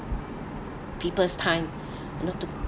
people's time you know to